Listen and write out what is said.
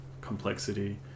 complexity